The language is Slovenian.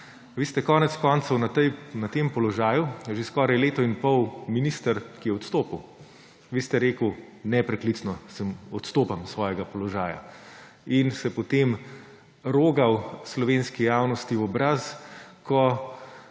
Vi ste konec koncev na tem položaju že skoraj leto in pol minister, ki je odstopil. Vi ste rekli: »Nepreklicno odstopam s svojega položaja.« In potem ste se rogali slovenski javnosti v obraz,